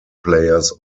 players